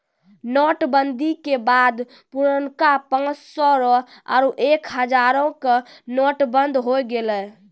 note बंदी के बाद पुरनका पांच सौ रो आरु एक हजारो के नोट बंद होय गेलै